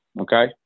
okay